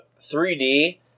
3D